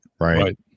Right